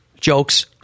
jokes